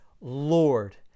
Lord